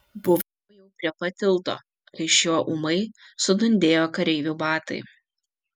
buvo jau prie pat tilto kai šiuo ūmai sudundėjo kareivių batai